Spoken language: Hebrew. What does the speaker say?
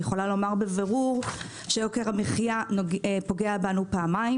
יכולה לומר בבירור שיוקר המחיה פוגע בנו פעמיים